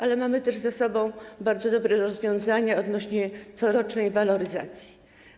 Ale mamy też za sobą bardzo dobre rozwiązania odnośnie do corocznej waloryzacji.